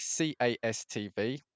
CASTV